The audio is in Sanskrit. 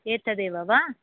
एतदेव वा